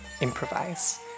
improvise